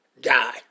Die